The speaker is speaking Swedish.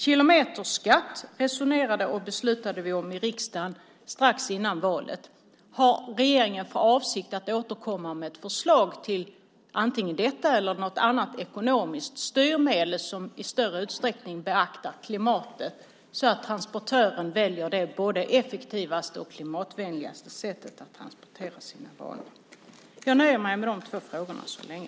Kilometerskatt resonerade och beslutade vi om i riksdagen strax före valet. Har regeringen för avsikt att återkomma med ett förslag om antingen detta eller något annat ekonomiskt styrmedel som i större utsträckning beaktar klimatet så att transportören väljer det både effektivaste och klimatvänligaste sättet att transportera sina varor? Jag nöjer mig med de två frågorna så länge.